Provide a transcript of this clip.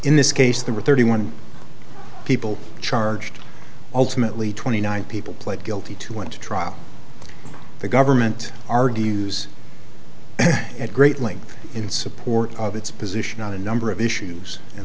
in this case there were thirty one people charged ultimately twenty nine people pled guilty to went to trial the government argues at great length in support of its position on a number of issues and